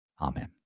Amen